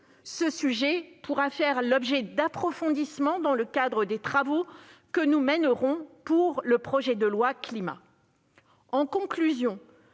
Ce sujet pourra faire l'objet d'approfondissements dans le cadre des travaux que nous mènerons sur le projet de loi Climat et résilience.